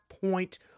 point